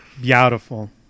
Beautiful